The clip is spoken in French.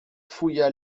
fouilla